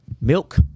milk